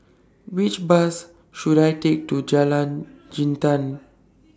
Which Bus should I Take to Jalan Jintan